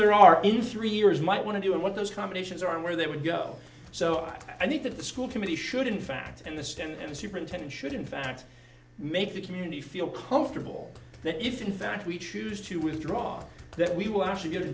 there are in three years might want to do it what those combinations are and where they would go so i think that the school committee should in fact in the stand a superintendent should in fact make the community feel comfortable that if in fact we choose to withdraw that we will actually get to